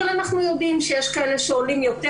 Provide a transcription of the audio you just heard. אבל אנחנו יודעים שיש כאלה שעולם יותר